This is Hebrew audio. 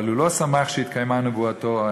אבל הוא לא שמח שהתקיימה נבואתו.